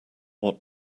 what